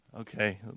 Okay